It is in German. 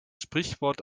sprichwort